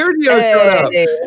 Hey